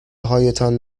هایتان